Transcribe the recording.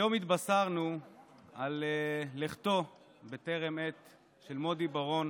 היום התבשרנו על לכתו בטרם עת של מודי בראון,